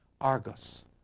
Argus